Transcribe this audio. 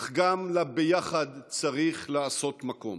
אך גם לביחד צריך לעשות מקום.